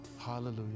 Hallelujah